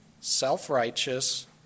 self-righteous